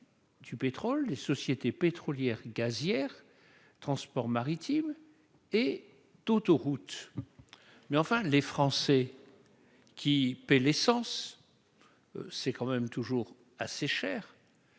du pétrole, les sociétés pétrolières, gazières transport maritime et tu autoroute mais enfin les Français qui paient l'essence, c'est quand même toujours assez cher,